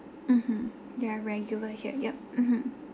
mmhmm you are regular here yup mmhmm